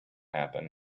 happen